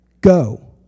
go